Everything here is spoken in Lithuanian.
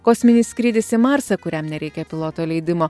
kosminis skrydis į marsą kuriam nereikia piloto leidimo